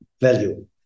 value